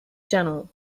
channel